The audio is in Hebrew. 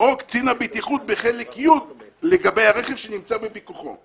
או קצין הבטיחות בחלק י לגבי הרכב שנמצא בפיקוחו.